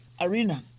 Arena